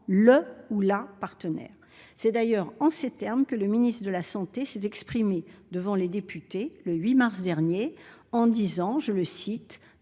le ou la » partenaire. C'est d'ailleurs en ces termes que le ministre de la santé s'est exprimé devant les députés le 8 mars dernier, déclarant :« Grâce